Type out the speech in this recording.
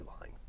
line